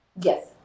yes